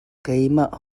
keimah